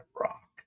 rock